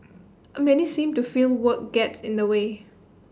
A many seem to feel work gets in the way